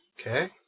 okay